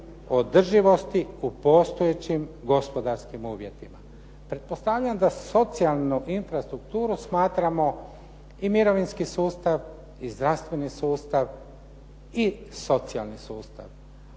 održivosti u postojećim gospodarskim uvjetima. Pretpostavljam da socijalnu infrastrukturu smatramo i mirovinski sustav i zdravstveni sustav i socijalni sustav.